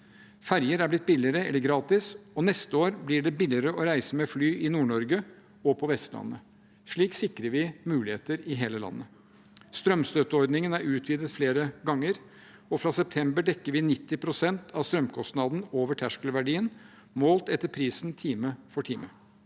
96 4. okt. – Trontaledebatt (første dag) 2023 reise med fly i Nord-Norge og på Vestlandet. Slik sikrer vi muligheter i hele landet. Strømstøtteordningen er utvidet flere ganger, og fra september dekker vi 90 pst. av strømkostnaden over terskelverdien, målt etter prisen time for time.